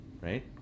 right